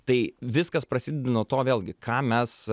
tai viskas prasideda nuo to vėlgi ką mes